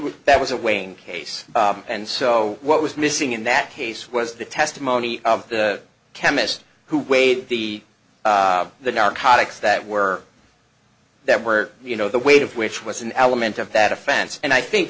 was that was a wayne case and so what was missing in that case was the testimony of the chemist who weighed the the narcotics that were that were you know the weight of which was an element of that offense and i think